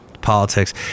Politics